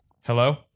Hello